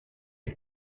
est